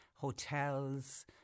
hotels